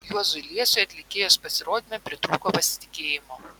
juozui liesiui atlikėjos pasirodyme pritrūko pasitikėjimo